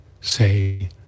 Say